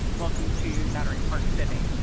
welcome to battery park city.